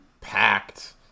packed